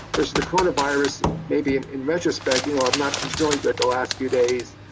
versus the corona virus maybe in retrospect you know, i've not been feeling good the last few days.